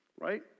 Right